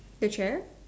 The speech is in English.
the chair